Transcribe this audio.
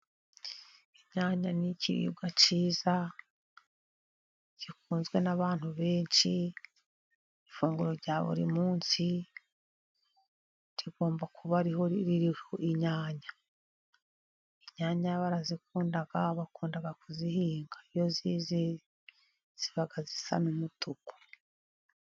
Inyanya ni ikiribwa cyiza gikunzwe n'abantu benshi. Ifunguro rya buri munsi rigomba kuba ririho inyanya. Inyanya barazikunda bakunda kuzihinga iyo zeze ziba zisa n'umutuku.